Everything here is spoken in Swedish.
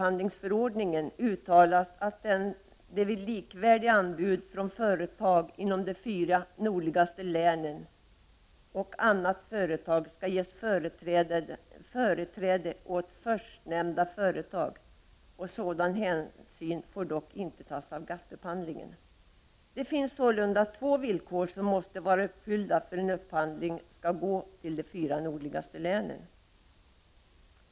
anbud från företag inom de fyra nordligaste länen och andra företag skall ges företräde åt förstnämnda företag. Sådan hänsyn får dock inte tas vid GATT upphandlingen. Det finns sålunda två villkor som måste vara uppfyllda för att en upphandling skall gå till de fyra nordligaste länen.